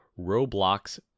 Roblox